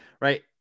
right